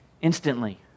instantly